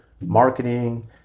marketing